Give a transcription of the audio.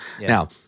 Now